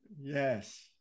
Yes